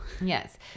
Yes